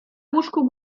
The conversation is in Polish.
łóżku